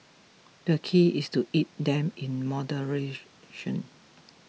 the key is to eat them in moderation